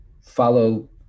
follow